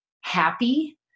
happy